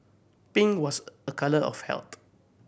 pink was a colour of health